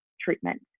treatment